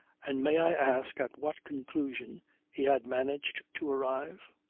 and may i ask at what conclusion he had managed to arrive?